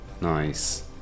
nice